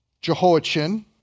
Jehoiachin